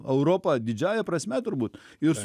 europą didžiąja prasme turbūt jūs